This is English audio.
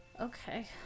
Okay